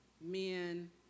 men